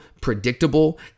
predictable